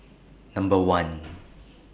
Number one